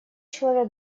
человек